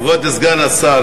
כבוד סגן השר,